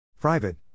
Private